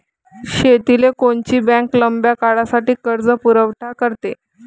शेतीले कोनची बँक लंब्या काळासाठी कर्जपुरवठा करते?